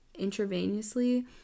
intravenously